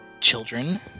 children